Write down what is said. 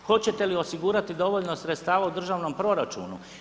Hoćete li osigurati dovoljno sredstava u državnom proračunu?